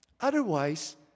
Otherwise